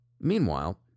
Meanwhile